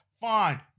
fine